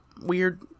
weird